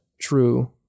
true